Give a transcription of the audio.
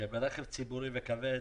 שברכב ציבורי וכבד